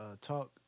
talk